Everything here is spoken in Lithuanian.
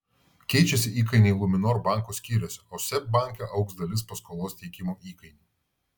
keičiasi įkainiai luminor banko skyriuose o seb banke augs dalis paskolos teikimo įkainių